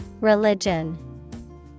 Religion